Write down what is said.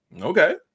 okay